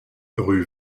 rue